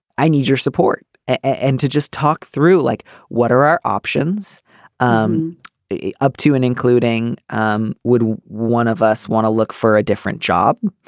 i need your support. and to just talk through like what are our options um up to and including um would one of us want to look for a different job.